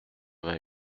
vingt